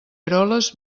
eroles